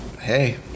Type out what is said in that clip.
Hey